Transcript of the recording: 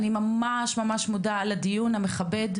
אני ממש מודה על הדיון המכבד,